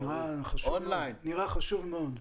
נראה חשוב מאוד.